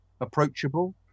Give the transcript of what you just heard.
approachable